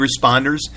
responders